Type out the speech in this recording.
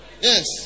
Yes